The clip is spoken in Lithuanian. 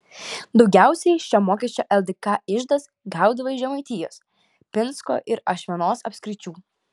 daugiausiai šio mokesčio ldk iždas gaudavo iš žemaitijos pinsko ir ašmenos apskričių